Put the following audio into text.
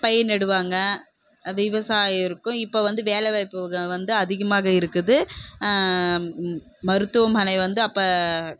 பயிர் நடுவாங்க விவசாயிருக்கும் இப்போ வந்து வேலை வாய்ப்புகள் வந்து அதிகமாக இருக்குது மருத்துவமனை வந்து அப்போ